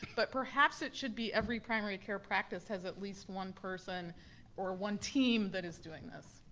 but perhaps it should be every primary care practice has at least one person or one team that is doing this.